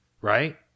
right